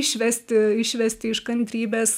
išvesti išvesti iš kantrybės